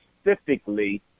specifically